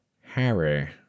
Harry